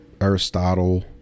Aristotle